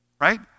Right